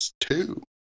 two